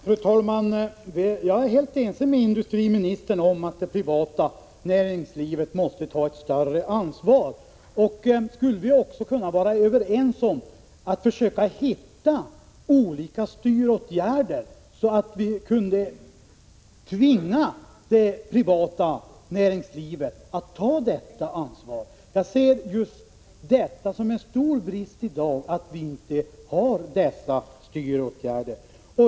Fru talman! Jag är helt ense med industriministern om att det privata näringslivet måste ta ett större ansvar. Skulle vi också kunna vara överens om att försöka hitta olika styråtgärder, så att vi kunde tvinga det privata näringslivet att ta detta ansvar? Jag ser det som en stor brist att vi i dag inte har dessa styråtgärder.